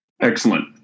Excellent